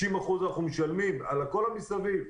60% אנחנו משלמים על כל מה שמסביב: